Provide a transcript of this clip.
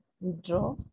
withdraw